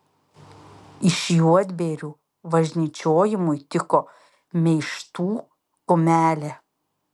iš juodbėrių važnyčiojimui tiko meištų kumelė